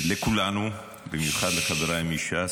לכולנו, במיוחד לחבריי מש"ס.